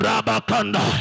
Rabakanda